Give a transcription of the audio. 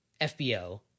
FBO